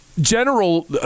general